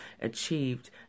achieved